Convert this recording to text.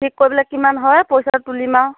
ঠিক কৰি পেলাই কিমান হয় পইচাটো তুলিম আৰু